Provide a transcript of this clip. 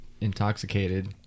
intoxicated